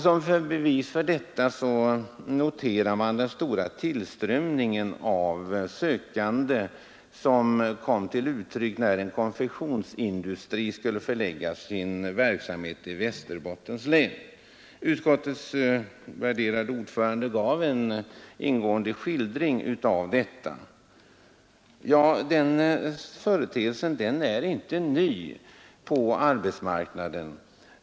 Som bevis för detta noterar man den stora tillströmning av sökande som kom till uttryck när en större konfektionsindustri skulle förlägga sin verksamhet till Västerbottens län. Utskottets värderade ordförande gav en ingående skildring av detta. Ja, den företeelsen är inte ny på arbetsmarknaden.